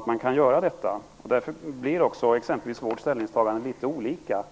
Man kan inte göra det, och därför blir våra ställningstaganden olika.